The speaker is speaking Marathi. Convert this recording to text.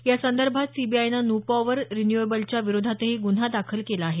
यासंदर्भात सीबीआयनं नूपॉवर रिन्यूएबलच्या विरोधातही गुन्हा दाखल केला आहे